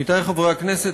עמיתי חברי הכנסת,